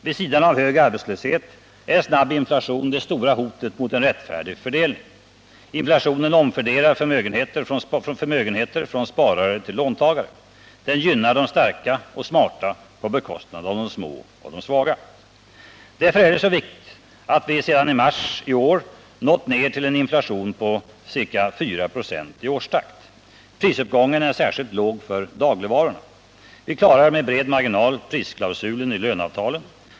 Vid sidan av hög arbetslöshet är snabb inflation det stora hotet mot en rättfärdig fördelning. Inflationen omfördelar förmögenheter från sparare till låntagare. Den gynnar de starka och smarta på bekostnad av de små och svaga. Därför är det så viktigt att vi sedan i mars i år nått ner till en inflation på ca 4 96 i årstakt. 173 Prisuppgången är särskilt låg för dagligvaror. Vi klarar med bred marginal prisklausulen i löneavtalen.